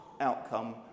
outcome